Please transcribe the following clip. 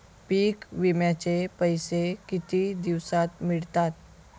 पीक विम्याचे पैसे किती दिवसात मिळतात?